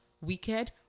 wicked